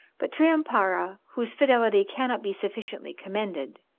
but triumpara, whose fidelity cannot be sufficiently commended,